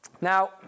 Now